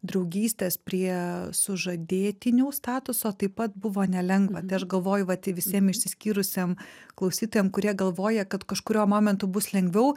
draugystės prie sužadėtinių statuso taip pat buvo nelengva tai aš galvoju vat visiem išsiskyrusiem klausytojam kurie galvoja kad kažkuriuo momentu bus lengviau